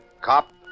Cop